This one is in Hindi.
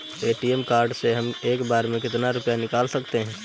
ए.टी.एम कार्ड से हम एक बार में कितना रुपया निकाल सकते हैं?